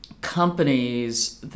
companies